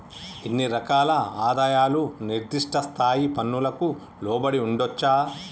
ఇన్ని రకాల ఆదాయాలు నిర్దిష్ట స్థాయి పన్నులకు లోబడి ఉండొచ్చా